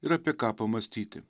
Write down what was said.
ir apie ką pamąstyti